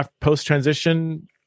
post-transition